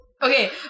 okay